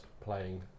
playing